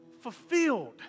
fulfilled